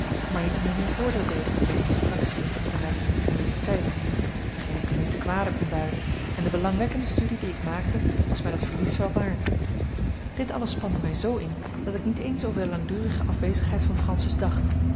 maar niettemin hun voordeel deden met mijne distractiën en mijne inferioriteit t geen ik hun niet ten kwade konde duiden en de belangwekkende studie die ik maakte was mij dat verlies wel waard dit alles spande mij zoo in dat ik niet eens over de langdurige afwezigheid van francis dacht